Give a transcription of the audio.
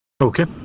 Okay